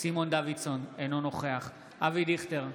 סימון דוידסון, אינו נוכח אבי דיכטר,